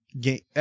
game